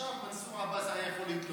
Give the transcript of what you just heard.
עכשיו מנסור עבאס היה יכול להתלונן,